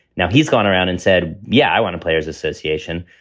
now he's gone around and said, yeah, i want a players association.